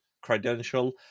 credential